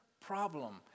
problem